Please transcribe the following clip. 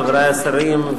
חברי השרים,